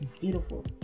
beautiful